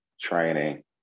training